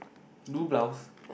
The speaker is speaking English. blue blouse